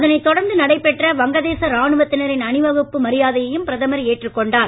அதனை தொடர்ந்து நடைபெற்ற வங்க தேச ராணுவத்தினரின் அணிவகுப்பு மரியாதையையும் பிரதமர் ஏற்றுக்கொண்டார்